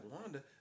Wanda